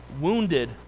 wounded